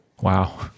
wow